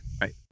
Right